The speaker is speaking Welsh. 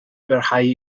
barhau